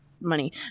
money